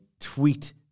tweet